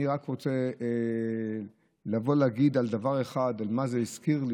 אני רק רוצה לבוא להגיד דבר אחד, מה זה הזכיר לי.